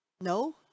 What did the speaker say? no